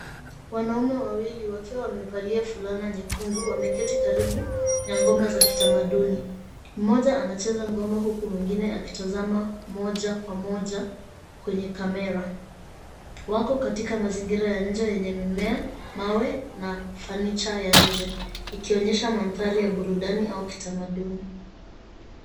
Wanaume wawili wakiwa wamevalia fulana nyekundu wameketi karibu na ngoma za kitamaduni. Mmoja anacheza ngoma huku mwingine akitazama moja kwa moja kwenye kamera. Wako katika mazingira ya nje yenye mimea, mawe na furniture ya nje ikionyesha mandhari ya burudani au kitamaduni.